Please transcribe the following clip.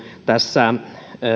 tässä